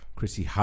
Chrissy